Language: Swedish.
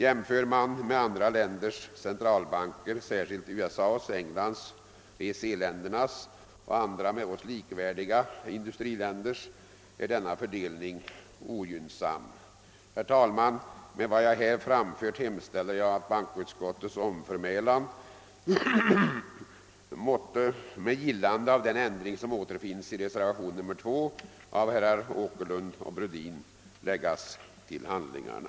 Jämför man med andra länders centralbanker, särskilt USA:s, Englands, EEC-ländernas och andra med oss likvärdiga industriländers, är denna fördelning ogynnsam. Herr talman! Med vad jag här anfört hemställer jag, att bankoutskottets omförmälan måtte med gillande av den ändring som återfinnes i reservationen 2 av herr Åkerlund och herr Brundin läggas till handlingarna.